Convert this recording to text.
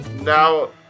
Now